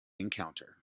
encounter